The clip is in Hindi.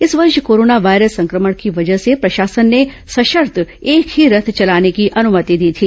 इस वर्ष कोरोना वायरस संक्रमण की वजह से प्रशासन ने सशर्त एक ही रथ चलाने की अनुमति दी थी